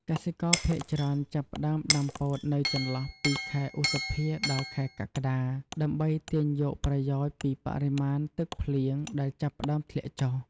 កសិករភាគច្រើនចាប់ផ្ដើមដាំពោតនៅចន្លោះពីខែ ឧសភា ដល់ ខែកក្កដា ដើម្បីទាញយកប្រយោជន៍ពីបរិមាណទឹកភ្លៀងដែលចាប់ផ្ដើមធ្លាក់ចុះ។